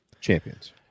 Champions